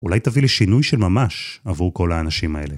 אולי תביא לשינוי של ממש עבור כל האנשים